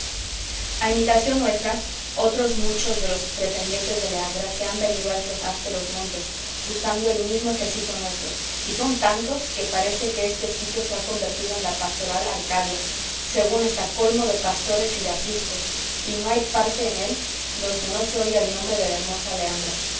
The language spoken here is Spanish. a imitación nuestra otros muchos de los pretendientes de leandra se han venido a estos ásperos montes usando el mismo ejercicio nuestro y son tantos que parece que este sitio se ha convertido en la pastoral arcadia según está colmo de pastores y de apriscos y no hay parte en él donde no se oiga el nombre de la hermosa leandra